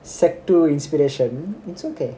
sec two inspiration it's okay